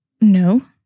no